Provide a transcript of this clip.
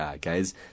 guys